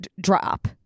drop